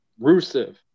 Rusev